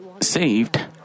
saved